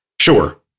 Sure